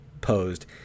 posed